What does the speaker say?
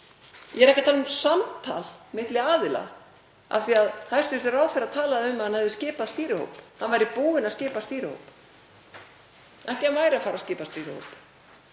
Ég er ekki að tala um samtal milli aðila, af því að hæstv. ráðherra talaði um að hann hefði skipað stýrihóp, hann væri búinn að skipa stýrihóp, ekki að hann væri að fara að skipa stýrihóp.